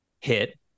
hit